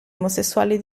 omosessuali